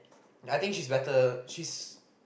I think she's let her she's